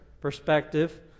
perspective